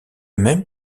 même